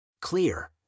Clear